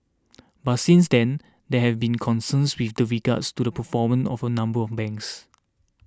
but since then there have been concerns with the regards to the performance of a number of banks